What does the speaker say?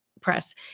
press